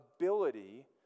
ability